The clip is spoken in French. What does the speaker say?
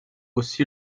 aussi